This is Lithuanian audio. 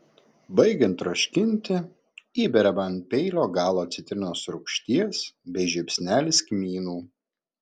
baigiant troškinti įberiama ant peilio galo citrinos rūgšties bei žiupsnelis kmynų